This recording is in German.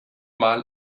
mal